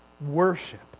Worship